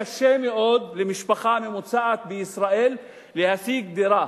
קשה מאוד למשפחה ממוצעת בישראל להשיג דירה.